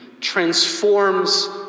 transforms